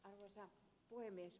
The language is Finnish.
arvoisa puhemies